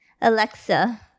Alexa